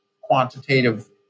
quantitative